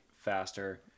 faster